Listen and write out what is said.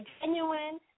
genuine